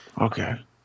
Okay